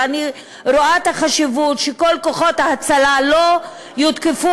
ואני רואה את החשיבות שכל כוחות ההצלה לא יותקפו.